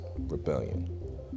Rebellion